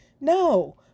No